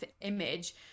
image